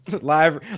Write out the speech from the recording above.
live